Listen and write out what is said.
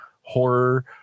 horror